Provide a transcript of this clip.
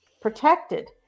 protected